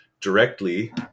directly